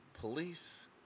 police